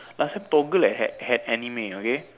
last time Toggle had had had anime okay